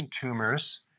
tumors